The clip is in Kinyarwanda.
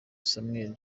samuel